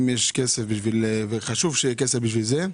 אם יש כסף, וחשוב שיהיה כסף בשביל זה,